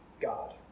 God